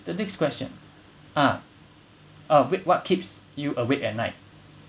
the next question ah uh wh~ what keeps you awake at night